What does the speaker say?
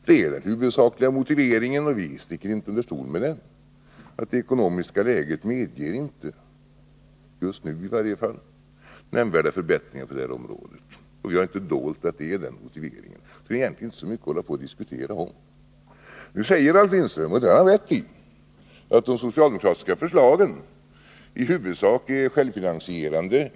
Det är den huvudsakliga motiveringen, att det ekonomiska läget inte medger —inte just nu i varje fall - nämnvärda förbättringar på det här området. Vi har inte dolt det, så egentligen är det inte så mycket att diskutera. Nu säger Ralf Lindström, och det har han rätt i, att de socialdemokratiska förslagen i huvudsak är självfinansierande.